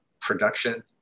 production